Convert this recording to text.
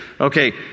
okay